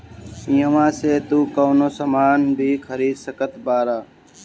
इहवा से तू कवनो सामान भी खरीद सकत बारअ